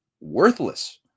worthless